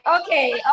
okay